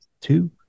two